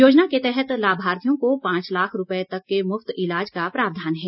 योजना के तहत लाभार्थियों को पांच लाख रूपए तक के मुफत ईलाज का प्रावधान है